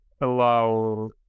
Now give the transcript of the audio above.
allow